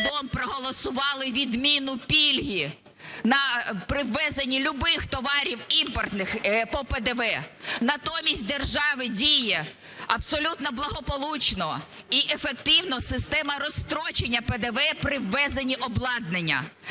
проголосували відміну пільги при ввезенні любих товарів імпортних по ПДВ. Натомість в державі діє абсолютно благополучно і ефективно система розстрочення ПДВ при ввезенні обладнання.